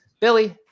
Billy